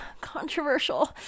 controversial